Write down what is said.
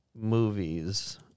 movies